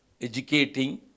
educating